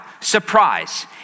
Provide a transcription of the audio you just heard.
Surprise